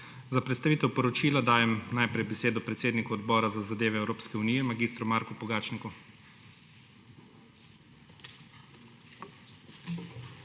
Za predstavitev poročila dajem najprej besedo predsedniku Odbora za zadeve Evropske unije mag. Marku Pogačniku.